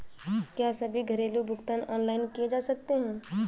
क्या सभी घरेलू भुगतान ऑनलाइन किए जा सकते हैं?